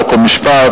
חוק ומשפט,